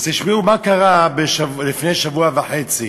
אז תשמעו מה קרה לפני שבוע וחצי.